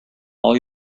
all